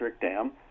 dam